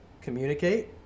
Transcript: communicate